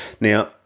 now